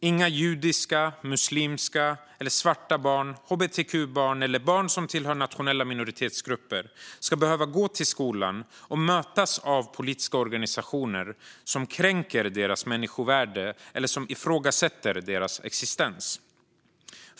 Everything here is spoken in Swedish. Inga judiska, muslimska eller svarta barn, hbtq-barn eller barn som tillhör nationella minoritetsgrupper ska behöva gå till skolan och mötas av politiska organisationer som kränker deras människovärde eller som ifrågasätter deras existens.